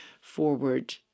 forward